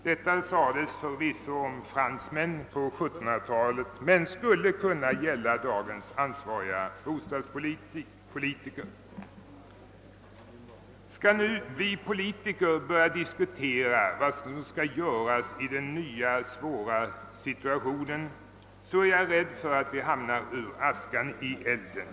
Detta sades förvisso om fransmän på 1700-talet, men det skulle kunna gälla också dagens ansvariga bostadspolitiker. Skall vi politiker börja diskutera vad som skall göras i den nya och svåra situa tionen, är jag rädd för att vi kommer ur askan i elden.